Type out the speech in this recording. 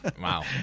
Wow